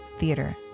Theater